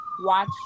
watch